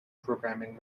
programming